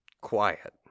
quiet